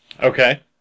Okay